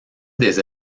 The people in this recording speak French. des